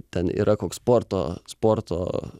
ten yra koks sporto sporto